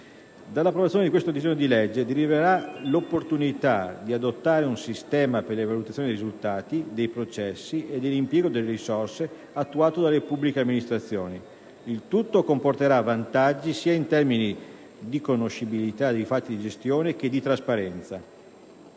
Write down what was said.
Dall'approvazione di questo disegno di legge deriverà l'opportunità di adottare un sistema per la valutazione dei risultati, dei processi e dell'impiego delle risorse attuato dalle pubbliche amministrazioni; il tutto comporterà vantaggi in termini sia di conoscibilità dei fatti di gestione che di trasparenza.